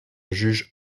juge